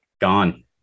gone